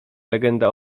legenda